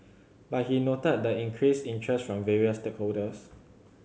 but he noted the increased interest from various stakeholders